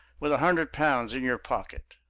with a hundred pounds in your pocket.